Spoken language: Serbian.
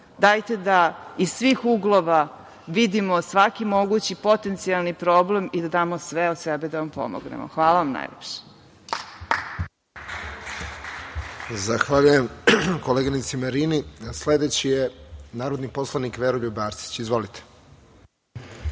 Dajte da iz svih uglova vidimo svaki mogući potencijalni problem i da damo sve od sebe da vam pomognemo. Hvala vam najlepše. **Radovan Tvrdišić** Zahvaljujem, koleginici Marini. Sledeći je narodni poslanik Veroljub Arsić. Izvolite.